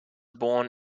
born